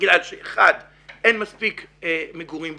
בגלל שאחד, אין מספיק מגורים בקהילה,